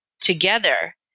together